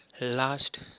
Last